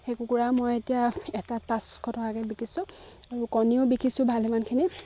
সেই কুকুৰা মই এতিয়া এটা পাঁচশ টকাকে বিকিছোঁ আৰু কণীও বিকিছোঁ ভালেমানখিনি